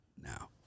now